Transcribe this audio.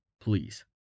please